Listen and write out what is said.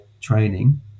training